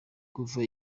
kuva